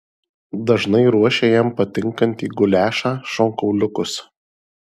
dažnai ruošia jam patinkantį guliašą šonkauliukus